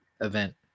event